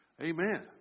Amen